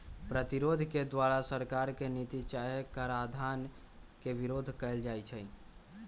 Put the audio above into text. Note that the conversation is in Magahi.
प्रतिरोध के द्वारा सरकार के नीति चाहे कराधान के विरोध कएल जाइ छइ